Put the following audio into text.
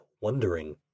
wondering